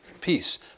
peace